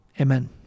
Amen